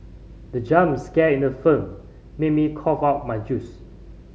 the jump scare in the film made me cough out my juice